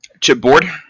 chipboard